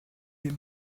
mes